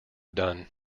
done